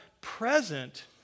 present